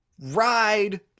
ride